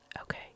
Okay